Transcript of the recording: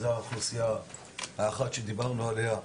זאת האוכלוסייה האחת שדיברנו עליה,